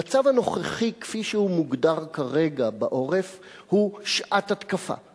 המצב הנוכחי כפי שהוא מוגדר כרגע בעורף הוא "שעת התקפה".